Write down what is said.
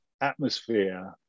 atmosphere